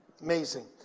Amazing